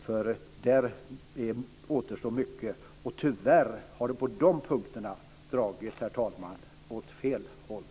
I det avseendet återstår mycket. Tyvärr har det, herr talman, dragit åt fel håll när det gäller de här punkterna.